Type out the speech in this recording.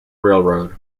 railroad